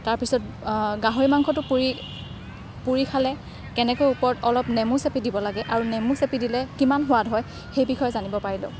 তাৰপিছত গাহৰি মাংসটো পুৰি পুৰি খালে কেনেকৈ ওপৰত অলপ নেমু চেপি দিব লাগে আৰু নেমু চেপি দিলে কিমান সোৱাদ হয় সেই বিষয়ে জানিব পাৰিলোঁ